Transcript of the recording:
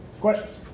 Questions